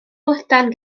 lydan